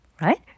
Right